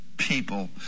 people